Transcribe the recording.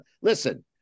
listen